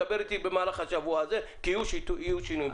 דבר אתי במהלך השבוע הזה כי יהיו שינויים.